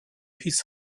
his